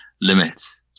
limits